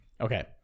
Okay